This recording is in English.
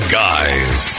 guys